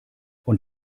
und